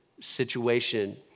situation